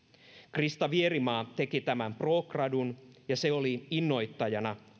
krista vierimaa teki tämän pro gradun ja se oli osittain innoittajana